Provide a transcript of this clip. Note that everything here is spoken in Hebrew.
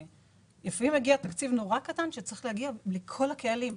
לפעמים מגיע תקציב מאוד קטן שצריך להגיע לכל הקהלים.